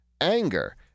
anger